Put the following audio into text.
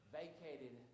vacated